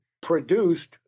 produced